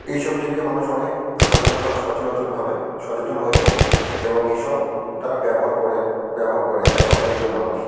এইসব দিক দিয়ে মানুষ অনেক সচেতনতা সচেতন হয়েছে এবং এসব তারা ব্যবহার করে ব্যবহার করে এখনকার যুগের মানুষ